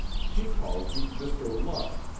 she calls you mr. luck'.